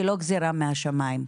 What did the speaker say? היא לא גזרה משמים,